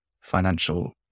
Financial